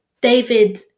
David